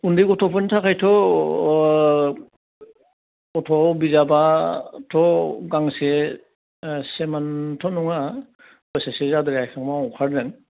उन्दै गथ'फोरनि थाखायथ' गथ' बिजाबाथ' गांसे सेमोनथ' नङा बोसोरसे उनाव जायख्लेमाव ओंखारगोन